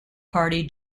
party